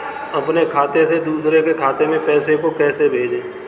अपने खाते से दूसरे के खाते में पैसे को कैसे भेजे?